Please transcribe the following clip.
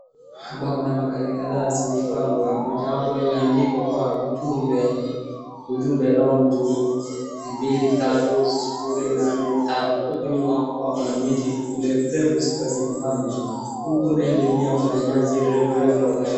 Hapa kuna magari kadhaa zimepangwa. Mojawapo imeandikwa kwa ujumbe ujumbe loan tu mbili tatu sufuri nane tatu. Huku nyuma kuwa kuna miti mrefu mrefu zika zimepandwa. Huku mbele pia kuna nyasi refu refu na kuna.